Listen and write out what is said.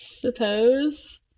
suppose